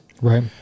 Right